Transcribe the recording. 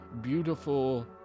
beautiful